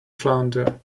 flounder